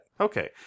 Okay